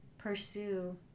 pursue